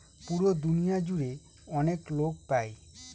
পুরো দুনিয়া জুড়ে অনেক লোক পাই